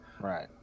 Right